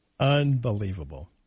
Unbelievable